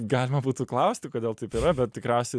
galima būtų klausti kodėl taip yra bet tikriausiai